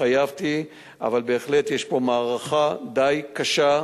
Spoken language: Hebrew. שהתחייבתי ללוות, אבל בהחלט יש פה מערכה די קשה,